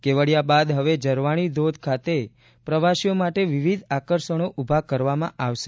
કેવડિયા બાદ હવે ઝરવાણી ધોધ ખાતે પ્રવાસીઓ માટે વિવિધ આકર્ષણો ઊભા કરવામાં આવશે